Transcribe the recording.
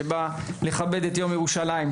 שבא לכבד את יום ירושלים.